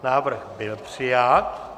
Návrh byl přijat.